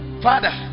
father